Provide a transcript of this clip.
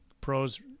Pros